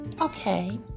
Okay